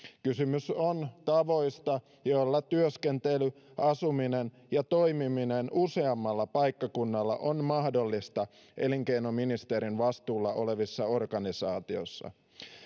kysymys on tavoista joilla työskentely asuminen ja toimiminen useammalla paikkakunnalla on mahdollista elinkeinoministeriön vastuulla olevissa organisaatioissa